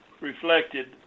reflected